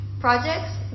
projects